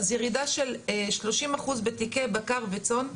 אנחנו מדברים על ירידה של 30 אחוז בתיקי בקר וצאן.